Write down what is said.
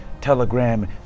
Telegram